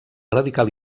radical